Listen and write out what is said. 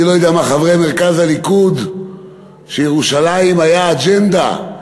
אני לא יודע מה היו חושבים חברי מרכז הליכוד שירושלים הייתה אג'נדה שלו.